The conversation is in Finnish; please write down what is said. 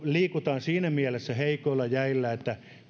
liikutaan siinä mielessä heikoilla jäillä